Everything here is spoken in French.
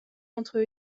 entre